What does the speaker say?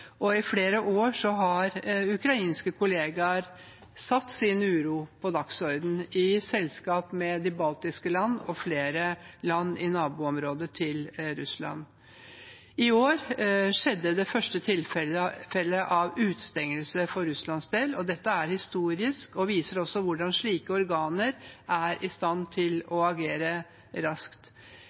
og i flere år har ukrainske kollegaer satt sin uro på dagsordenen, i selskap med de baltiske land og flere land i naboområdet til Russland. I år skjedde det første tilfellet av utestengelse for Russlands del. Dette er historisk og viser også hvordan slike organer er i stand til å agere raskt.